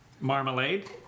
marmalade